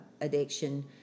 addiction